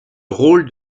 rôle